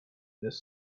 this